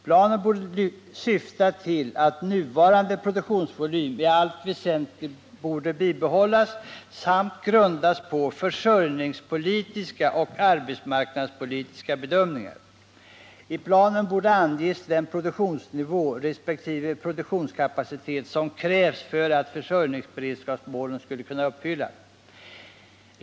Planen borde syfta till att nuvarande produktionsvolym i allt väsentligt bibehålls samt grundas på försörjningspolitiska och arbetsmarknadspolitiska bedömningar. I planen borde anges den produktionsnivå resp. produktionskapacitet som krävs för att försörjningsberedskapsmålen skall kunna uppfyllas.